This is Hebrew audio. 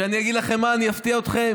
ואני אגיד לכם מה, אני אפתיע אתכם,